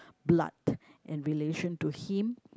blood and relation to him